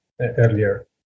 earlier